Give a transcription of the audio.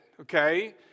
okay